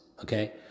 Okay